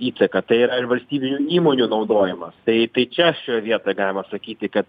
įtaka tai yra ir valstybinių įmonių naudojimas tai tai čia šioje vietoj galima sakyt kad